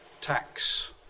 tax